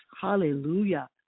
hallelujah